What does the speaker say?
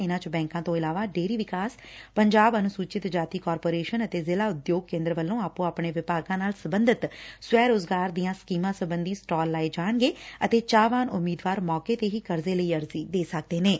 ਇਨਾਂ ਚ ਬੈਂਕਾਂ ਤੋਂ ਇਲਾਵਾ ਡੇਅਰੀ ਵਿਕਾਸ ਪੰਜਾਬ ਅਨੁਸੁਚਿਤ ਜਾਤੀ ਕਾਰਪੋਰੇਸ਼ਨ ਅਤੇ ਜ਼ਿਲ੍ਹਾ ਉਦਯੋਗ ਕੇਂਦਰ ਵੱਲੋਂ ਆਧੇ ਆਪਣੇਂ ਵਿਭਾਗਾਂ ਨਾਲ ਸਬੰਧਤ ਸਵੈ ਰੁਜ਼ਗਾਰ ਦੀਆਂ ਸਕੀਮਾਂ ਸਬੰਧੀ ਸਟਾਲ ਲਗਾਏ ਜਾਣਗੇ ਅਤੇ ਚਾਹਵਾਨ ਉਮੀਦਵਾਰ ਮੌਕੇ ਤੇ ਹੀ ਕਰਜ਼ੇ ਲਈ ਅਰਜ਼ੀ ਦੇ ਸਕਣਗੇ